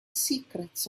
secrets